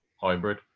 hybrid